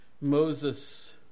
Moses